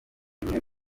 imwe